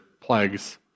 plagues